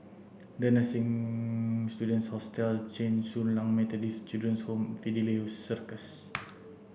the Students Hostel Chen Su Lan Methodist Children's Home Fidelio Circus